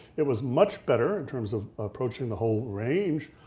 it was much better in terms of approaching the whole range.